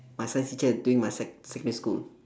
my science teacher during my sec secondary school